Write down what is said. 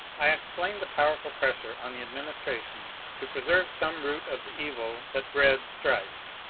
i explained the powerful pressure on the administration to preserve some root of the evil that bred strife.